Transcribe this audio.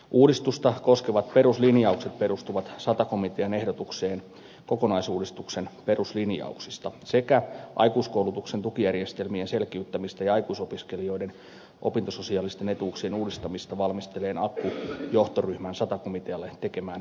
uudistusta koskevat peruslinjaukset perustuvat sata komitean ehdotukseen kokonaisuudistuksen peruslinjauksista sekä aikuiskoulutuksen tukijärjestelmien selkiyttämistä ja aikuisopiskelijoiden opintososiaalisten etuuksien uudistamista valmistelleen akku johtoryhmän sata komitealle tekemään ehdotukseen